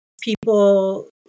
people